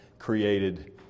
created